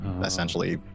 essentially